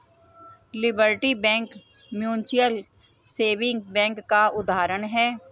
liberty Bank mutual saving bank का उदाहरण है